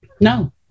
No